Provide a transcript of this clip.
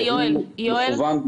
יואל, אני רוצה לשאול שאלה.